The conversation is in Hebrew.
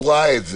הוא ראה את זה,